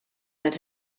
that